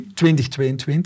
2022